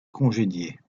congédier